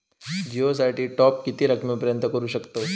जिओ साठी टॉप किती रकमेपर्यंत करू शकतव?